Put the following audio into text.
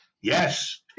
Yes